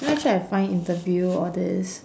know actually I find interview all these